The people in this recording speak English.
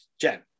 jen